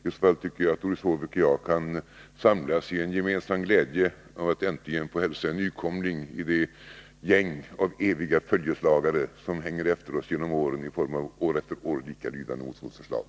I så fall tycker jag att Doris Håvik och jag kan samlas i en gemensam glädje över att äntligen få hälsa en nykomling i det gäng av eviga följeslagare som hänger efter oss genom åren i form av år efter år likalydande motionsförslag.